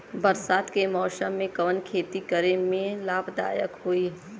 बरसात के मौसम में कवन खेती करे में लाभदायक होयी?